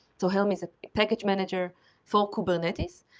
so helm is a package manager for kubernetes,